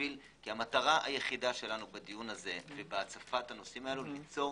כי המטרה היחידה שלנו בדיון הזה ובהצפת הנושאים הללו ליצור